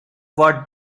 what